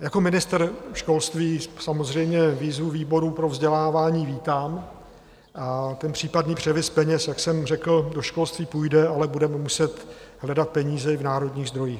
Jako ministr školství samozřejmě výzvu výboru pro vzdělávání vítám a případný převis peněz, jak jsem řekl, do školství půjde, ale budeme muset hledat peníze i v národních zdrojích.